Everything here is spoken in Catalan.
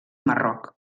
marroc